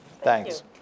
Thanks